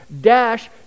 dash